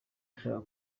ashaka